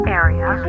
area